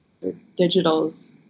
digitals